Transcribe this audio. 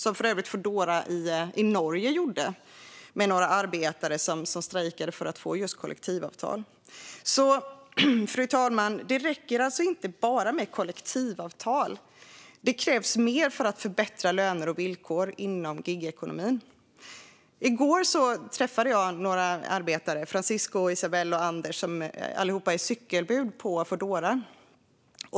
Det gjorde Foodora i Norge med några arbetare som strejkade för att få kollektivavtal. Fru talman! Det räcker alltså inte med kollektivavtal. Det krävs mer för att förbättra löner och villkor inom gigekonomin. I går träffade jag några arbetare, Francisco, Isabel och Anders som alla tre är cykelbud på Foodora.